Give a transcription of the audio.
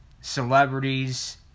celebrities